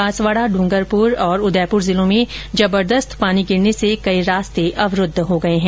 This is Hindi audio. बांसवाड़ा डूंगरपुर और उदयपुर जिलों में जबरदस्त पानी गिरने से कई रास्ते अवरुद्व हो गये हैं